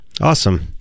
Awesome